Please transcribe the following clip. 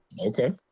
Okay